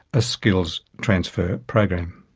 a skills transfer program.